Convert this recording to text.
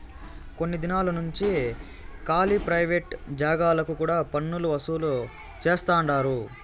కొన్ని దినాలు నుంచి కాలీ ప్రైవేట్ జాగాలకు కూడా పన్నులు వసూలు చేస్తండారు